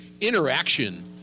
interaction